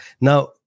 now